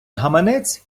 гаманець